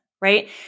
right